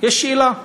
יש שאלה: